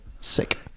Sick